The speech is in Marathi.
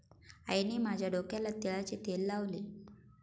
आईने माझ्या डोक्याला तिळाचे तेल लावले